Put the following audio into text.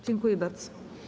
Dziękuję bardzo.